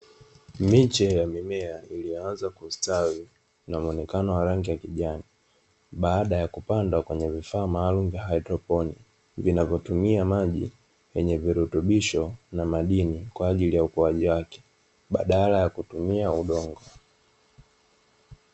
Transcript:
Miche ya mimea imeanza kustawi na muonekano mzuri wa kijani baada ya kupandwa kwenye vifaa maalumu vya hydroponi, vinavyotumia maji na virutubisho kwaajili ya ukuaji wake badala ya kutumia udongo.